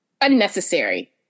unnecessary